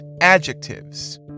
adjectives